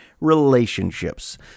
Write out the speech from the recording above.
Relationships